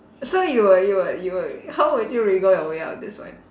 so you would you would you would how would you wriggle your way out of this one